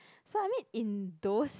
so I mean in those